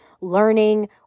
learning